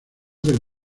del